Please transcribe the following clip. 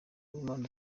w’imana